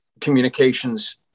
communications